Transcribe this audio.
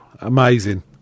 amazing